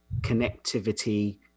connectivity